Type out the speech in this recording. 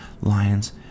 Lions